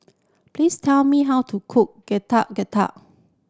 please tell me how to cook Getuk Getuk